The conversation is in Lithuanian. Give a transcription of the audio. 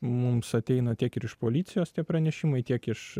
mums ateina tiek ir iš policijos tie pranešimai tiek iš